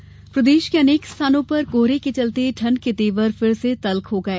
मौसम प्रदेश के अनेक स्थानों पर कोहरे के चलते ठंड के तेवर फिर से तल्ख हो गए